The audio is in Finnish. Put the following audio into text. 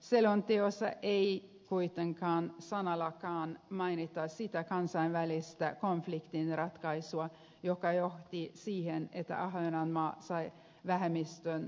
selonteossa ei kuitenkaan sanallakaan mainita sitä kansainvälistä konfliktinratkaisua joka johti siihen että ahvenanmaa sai vähemmistösuojansa